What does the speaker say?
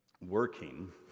working